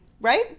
Right